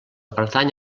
pertany